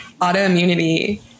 autoimmunity